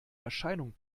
erscheinung